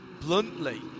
bluntly